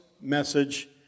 message